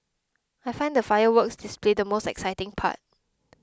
I find the fireworks display the most exciting part